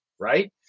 right